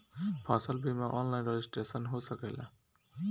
फसल बिमा online registration हो सकेला?